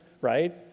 Right